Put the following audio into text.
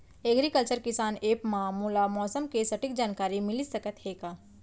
Agriculture किसान app मा मोला मौसम के सटीक जानकारी मिलिस सकत हे का?